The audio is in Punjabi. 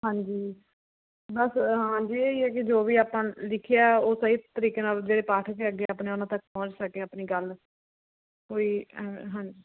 ਹਾਂਜੀ ਬਸ ਹਾਂਜੀ ਇਹੀ ਐ ਕੀ ਜੋ ਵੀ ਆਪਾਂ ਲਿਖਿਆ ਉਹ ਸਹੀ ਤਰੀਕੇ ਨਾਲ ਜਿਹੜੇ ਪਾਠਕ ਹੈਗੇ ਐ ਆਪਣੇ ਉਨ੍ਹਾਂ ਤੱਕ ਪਹੁੰਚ ਸਕੇ ਆਪਣੀ ਗੱਲ ਕੋਈ ਐ ਹਾਂਜੀ